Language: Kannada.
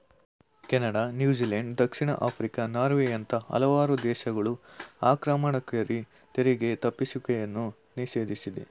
ಕೆನಡಾ, ನ್ಯೂಜಿಲೆಂಡ್, ದಕ್ಷಿಣ ಆಫ್ರಿಕಾ, ನಾರ್ವೆಯಂತ ಹಲವಾರು ದೇಶಗಳು ಆಕ್ರಮಣಕಾರಿ ತೆರಿಗೆ ತಪ್ಪಿಸುವಿಕೆಯನ್ನು ನಿಷೇಧಿಸಿದೆ